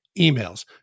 emails